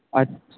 अच्छ